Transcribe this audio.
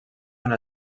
una